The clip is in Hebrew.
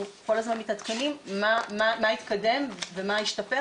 אנחנו כל הזמן מתעדכנים מה התקדם ומה השתפר